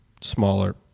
smaller